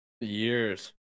Years